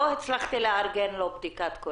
זה לא מתקבל על הדעת.